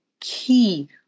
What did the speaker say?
key